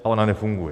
A ona nefunguje.